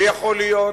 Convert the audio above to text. ויכול להיות,